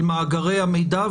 על מאגרי המידע,